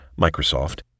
Microsoft